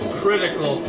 critical